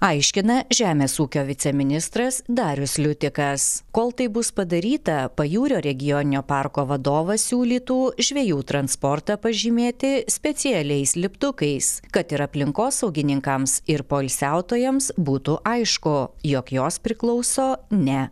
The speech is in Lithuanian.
aiškina žemės ūkio viceministras darius liutikas kol tai bus padaryta pajūrio regioninio parko vadovas siūlytų žvejų transportą pažymėti specialiais lipdukais kad ir aplinkosaugininkams ir poilsiautojams būtų aišku jog jos priklauso ne